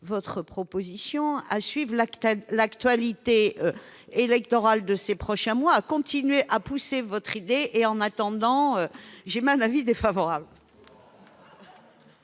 votre proposition, à suivre l'actualité électorale des prochains mois et à continuer à pousser votre idée. En attendant, j'émets un avis défavorable.